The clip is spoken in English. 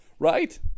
Right